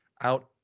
out